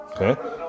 Okay